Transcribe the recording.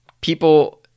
people